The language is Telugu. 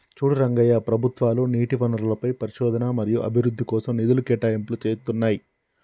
చూడు రంగయ్య ప్రభుత్వాలు నీటి వనరులపై పరిశోధన మరియు అభివృద్ధి కోసం నిధులు కేటాయింపులు చేతున్నాయి